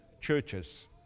churches